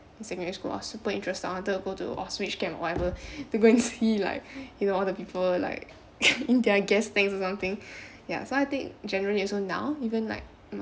secondary school I was super interested I wanted to go to auschwitz camp or whatever to go and see like you know all the people like in their gas tank or something ya so I think generally as of now even like